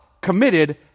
committed